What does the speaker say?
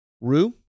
rue